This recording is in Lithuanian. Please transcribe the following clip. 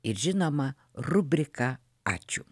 ir žinoma rubrika ačiū